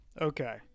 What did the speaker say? Okay